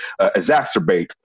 exacerbate